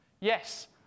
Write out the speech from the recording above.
Yes